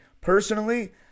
Personally